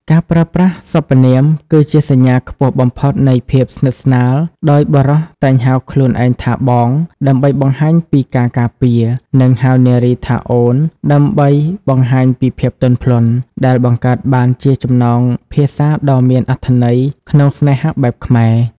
ការប្រើប្រាស់សព្វនាមគឺជាសញ្ញាខ្ពស់បំផុតនៃភាពស្និទ្ធស្នាល ដោយបុរសតែងហៅខ្លួនឯងថា "បង" ដើម្បីបង្ហាញពីការការពារ និងហៅនារីថា "អូន" ដើម្បីបង្ហាញពីភាពទន់ភ្លន់ ដែលបង្កើតបានជាចំណងភាសាដ៏មានអត្ថន័យក្នុងស្នេហាបែបខ្មែរ។